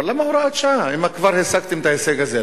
אבל למה הוראת שעה אם כבר השגתם את ההישג הזה?